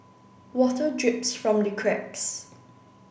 water drips from the cracks